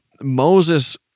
Moses